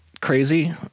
crazy